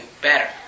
better